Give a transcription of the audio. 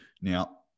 Now